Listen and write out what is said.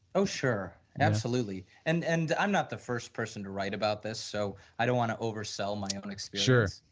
oh sure absolutely. and, and i'm not the first person to write about this. so, i don't want to oversell my own like so experience.